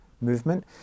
movement